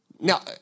Now